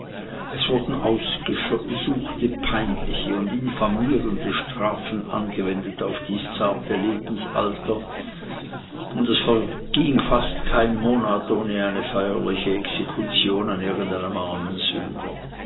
es wurden ausgesuchte peinliche und infamierende strafen angewendet auf dies zarte lebensalter und es verging fast kein monat ohne eine feierliche exekution an irgendeinem armen sünder